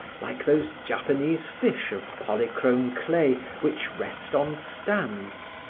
like those japanese fish of polychrome clay which rest on stands,